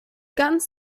ganz